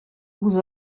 vous